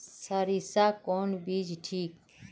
सरीसा कौन बीज ठिक?